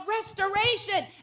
restoration